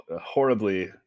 horribly